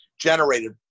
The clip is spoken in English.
generated